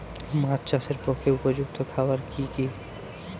মাছ চাষের পক্ষে উপযুক্ত খাবার কি কি?